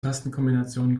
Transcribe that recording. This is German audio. tastenkombinationen